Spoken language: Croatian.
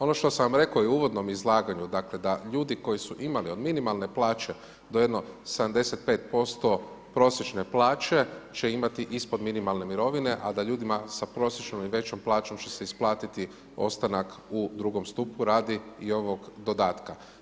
Ono što sam vam rekao i u uvodnom izlaganju da ljudi koji su imali od minimalne plaće do jedno 75% prosječne plaće će imati ispod minimalne mirovine a da ljudima sa prosječnom i većom plaćom će se isplatiti ostanak u drugom stupu radi i ovog dodatka.